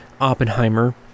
Oppenheimer